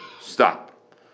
Stop